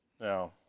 Now